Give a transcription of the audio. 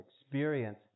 experience